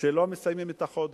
שלא מסיימים את החודש.